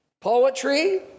poetry